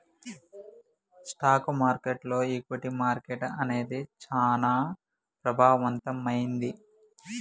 stock మార్కెట్టులో equity market అనేది చానా ప్రభావవంతమైంది